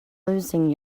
losing